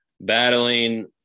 battling